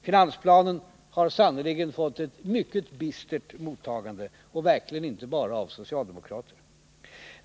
Finansplanen har sannerligen fått ett mycket bistert mottagande, verkligen inte bara av socialdemokraterna.